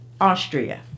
Austria